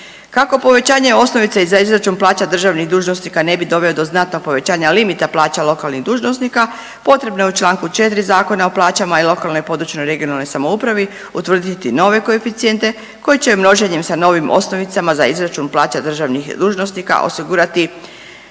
Kako povećanje osnovice za izračun plaća državnih dužnosnika ne bi doveo do znatnog povećanja limita plaća lokalnih dužnosnika potrebno je u čl. 4. Zakona o plaćama i lokalnoj i područnoj regionalnoj samoupravi utvrditi nove koeficijente koji će množenjem sa novim osnovicama za izračun plaća državnih dužnosnika osigurati